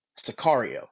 Sicario